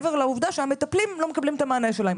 מעבר לעובדה שהמטפלים לא מקבלים את המענה שלהם,